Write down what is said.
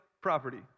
property